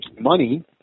money